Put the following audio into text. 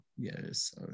Yes